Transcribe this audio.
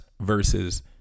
versus